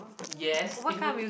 yes if you could